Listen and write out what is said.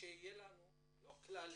שיהיה לנו מפורט.